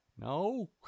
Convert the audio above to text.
No